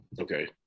Okay